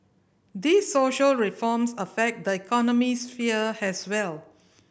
these social reforms affect the economic sphere as well